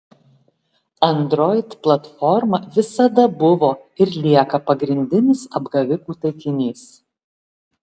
android platforma visada buvo ir lieka pagrindinis apgavikų taikinys